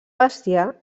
bestiar